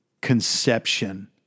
conception